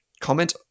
comment